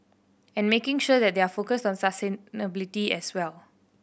and making sure that they are focused on as well